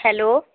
hello